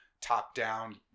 top-down